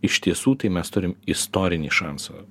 iš tiesų tai mes turim istorinį šansą